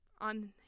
on